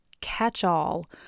catch-all